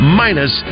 minus